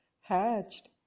hatched